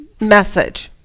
message